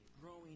growing